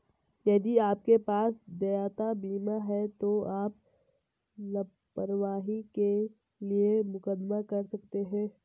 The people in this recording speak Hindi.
यदि आपके पास देयता बीमा है तो आप लापरवाही के लिए मुकदमा कर सकते हैं